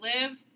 live